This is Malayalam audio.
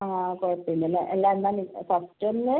ആ കുഴപ്പം ഇല്ലല്ലേ അല്ല എന്നാൽ നി ഫസ്റ്റ് തന്നെ